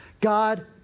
God